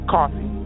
Coffee